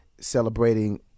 celebrating